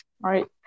right